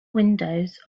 windows